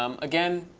um again,